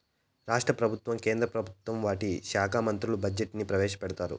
రాష్ట్ర ప్రభుత్వం కేంద్ర ప్రభుత్వం వాటి శాఖా మంత్రులు బడ్జెట్ ని ప్రవేశపెడతారు